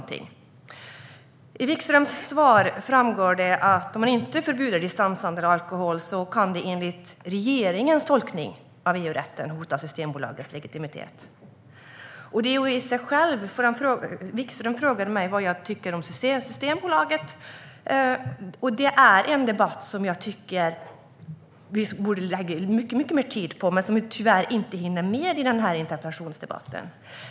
Det framgår av Wikströms svar att om man inte förbjuder distanshandel med alkohol kan det enligt regeringens tolkning av EU-rätten hota Systembolagets legitimitet. Wikström frågade mig vad jag tycker om Systembolaget. Det är en diskussion som vi borde lägga mycket mer tid på och som vi inte hinner med i den här interpellationsdebatten.